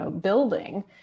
building